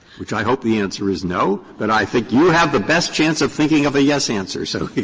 which i hope the answer is no, but i think you have the best chance of thinking of a yes answer, so ho